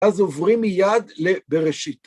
אז עוברים מיד ל... בראשית.